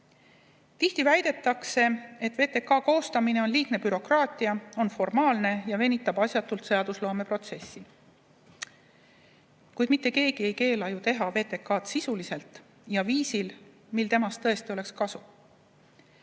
Tihti väidetakse, et VTK koostamine on liigne bürokraatia, see on formaalne ja venitab asjatult seadusloomeprotsessi. Kuid mitte keegi ei keela ju teha VTK‑d sisuliselt ja viisil, et temast tõesti kasu